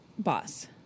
Boss